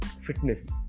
fitness